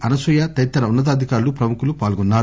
అనసూయ తదితర ఉన్న తాధికారులు ప్రముఖులు పాల్గొన్నారు